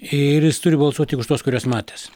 ir jis turi balsuoti už tuos kuriuos matęs